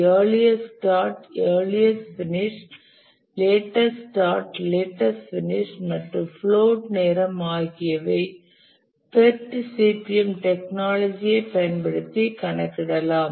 earliest start earliest finish latest start latest finish மற்றும் float நேரம் ஆகியவை PERT CPM டெக்னாலஜி ஐ பயன்படுத்தி கணக்கிடலாம்